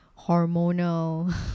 hormonal